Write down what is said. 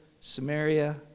Samaria